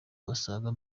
basaga